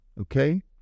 okay